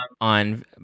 on